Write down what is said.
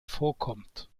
vorkommt